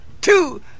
two